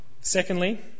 Secondly